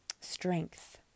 strength